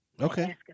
Okay